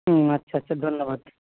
হুম আচ্ছা আচ্ছা ধন্যবাদ